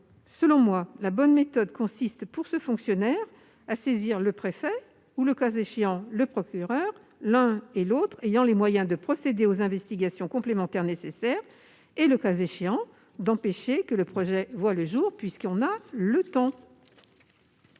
Selon moi, la bonne méthode consiste pour ce fonctionnaire à saisir le préfet ou, le cas échéant, le procureur, l'un et l'autre ayant les moyens de procéder aux investigations complémentaires nécessaires et, le cas échéant, d'empêcher que le projet ne voie le jour. Supposons que le